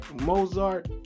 Mozart